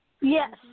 Yes